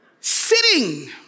Sitting